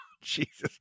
Jesus